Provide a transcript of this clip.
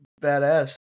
badass